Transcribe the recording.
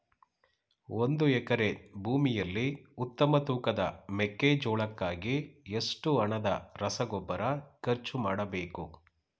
ಒಂದು ಎಕರೆ ಭೂಮಿಯಲ್ಲಿ ಉತ್ತಮ ತೂಕದ ಮೆಕ್ಕೆಜೋಳಕ್ಕಾಗಿ ಎಷ್ಟು ಹಣದ ರಸಗೊಬ್ಬರ ಖರ್ಚು ಮಾಡಬೇಕು?